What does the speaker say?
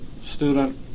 student